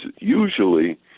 usually